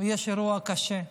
יש אירוע קשה.